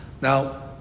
Now